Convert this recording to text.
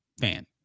fan